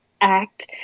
act